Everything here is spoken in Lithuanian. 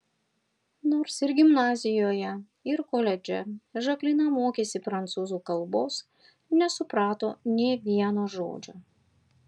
nors ir gimnazijoje ir koledže žaklina mokėsi prancūzų kalbos nesuprato nė vieno žodžio